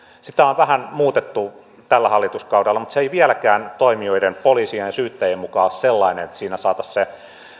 sitä on vähän muutettu tällä hallituskaudella mutta se ei vieläkään toimijoiden poliisien ja syyttäjien mukaan ole sellainen että siinä saataisiin se